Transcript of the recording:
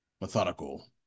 methodical